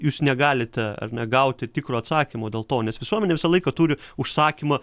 jūs negalite ar ne gauti tikro atsakymo dėl to nes visuomenė visą laiką turi užsakymą